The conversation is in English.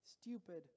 stupid